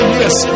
yes